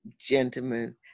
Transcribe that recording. gentlemen